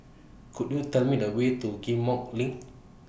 Could YOU Tell Me The Way to Ghim Moh LINK